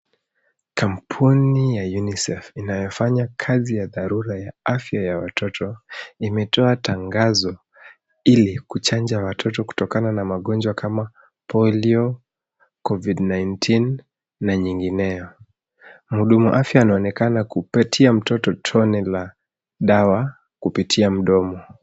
Kampuni ya UNICEF inayofanya kazi ya dharura ya afya ya watoto, imetoa tangazo ili kuchanja watoto kutokana na magonjwa kama polio, covid-19 na nyingineo. Mhudumu afya anaonekana kupatia mtoto tone la dawa kupitia mdomo.